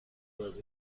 باز